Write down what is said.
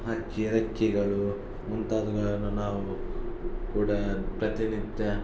ಹಕ್ಕಿಯ ರೆಕ್ಕೆಗಳು ಮುಂತಾದವ್ಗಳನ್ನ ನಾವು ಕೂಡ ಪ್ರತಿನಿತ್ಯ